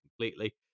completely